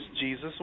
Jesus